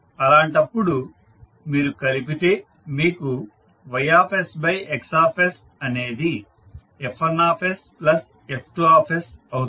అలాంటప్పుడు మీరు కలిపితే మీకు Y X అనేది F1 F2 అవుతుంది